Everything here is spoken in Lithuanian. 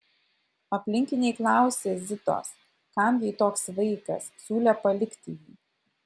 aplinkiniai klausė zitos kam jai toks vaikas siūlė palikti jį